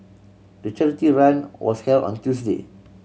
the charity run was held on Tuesday